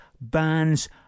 bands